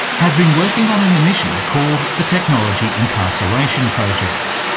have been working on an initiative called the technology incarceration project.